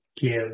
give